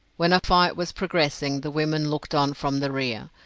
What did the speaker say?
when a fight was progressing the women looked on from the rear.